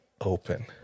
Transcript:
open